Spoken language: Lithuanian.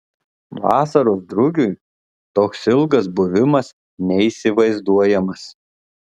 vasaros drugiui toks ilgas buvimas neįsivaizduojamas